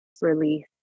release